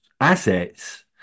assets